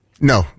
No